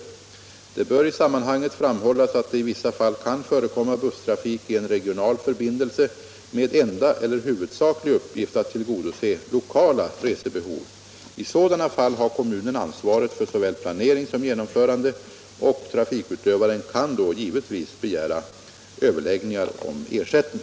Det bör i sammanhanget framhållas att det i vissa fall kan förekomma busstrafik i en regional förbindelse med enda eller huvudsaklig uppgift att tillgodose lokala resebehov. I sådana fall har kommunen ansvaret för såväl planering som genomförande, och trafikutövaren kan då givetvis begära överläggningar om ersättning.